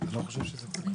אני לא מפתיע אתכם.